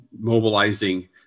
mobilizing